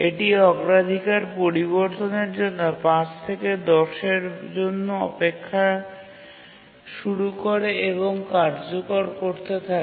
এটি অগ্রাধিকার পরিবর্তনের জন্য ৫ থেকে ১০ এর জন্য অপেক্ষা শুরু করে এবং কার্যকর করতে থাকে